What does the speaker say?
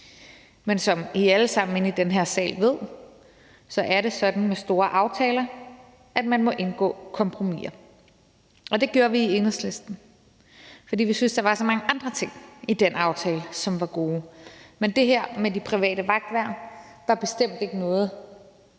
Men som I alle sammen inde i den her sal ved, er det sådan med store aftaler, at man må indgå kompromiser, og det gjorde vi i Enhedslisten, fordi vi syntes, at der var så mange andre ting i den aftale, som var gode. Men det her med de private vagtværn var bestemt ikke noget,